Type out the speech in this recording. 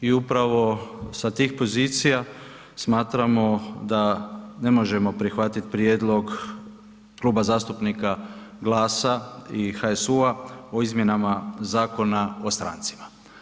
I upravo sa tih pozicija smatramo da ne možemo prihvatiti prijedlog Kluba zastupnika GLAS-a i HSU-a o izmjenama Zakona o strancima.